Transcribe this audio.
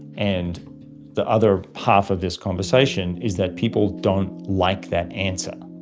and the other half of this conversation is that people don't like that answer.